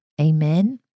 Amen